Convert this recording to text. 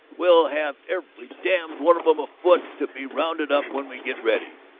we'll have every damned one of em afoot to be rounded up when we get ready!